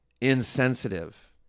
insensitive